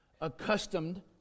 accustomed